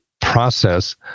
process